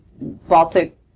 Baltic